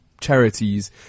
charities